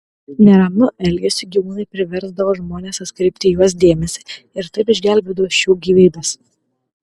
neramiu elgesiu gyvūnai priversdavo žmones atkreipti į juos dėmesį ir taip išgelbėdavo šių gyvybes